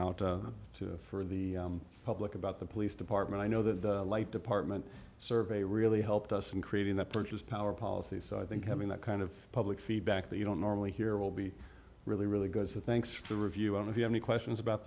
out for the public about the police department i know that the light department survey really helped us in creating the purchase power policy so i think having that kind of public feedback that you don't normally hear will be really really good thanks for the review and if you have any questions about